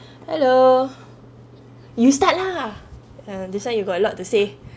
hello you start lah um this one you got a lot to say